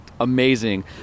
amazing